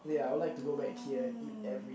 oh